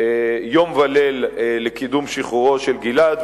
יום וליל לקידום שחרורו של גלעד,